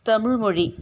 தமிழ் மொழி